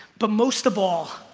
but most of all,